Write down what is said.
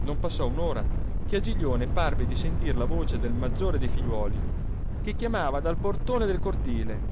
non passò un'ora che a giglione parve di sentire la voce del maggiore dei figliuoli che chiamava dal portone del cortile